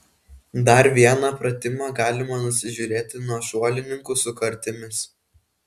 dar vieną pratimą galima nusižiūrėti nuo šuolininkų su kartimis